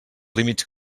límits